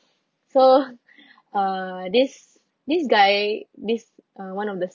so uh this this guy this uh one of the